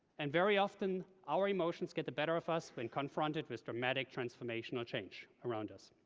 and very often, our emotions get the better of us when confronted with traumatic transformational change around us.